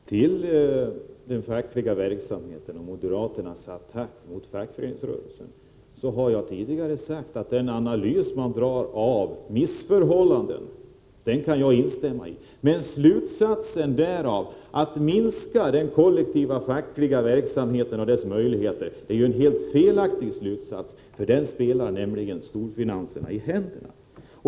Herr talman! Beträffande moderaternas attack mot den fackliga verksamheten och fackföreningsrörelsen har jag tidigare sagt att den analys de gör av missförhållanden kan jag instämma i, men deras slutsats därav — att den kollektiva fackliga verksamheten skall minskas — är helt felaktig. Den spelar nämligen storfinansen i händerna.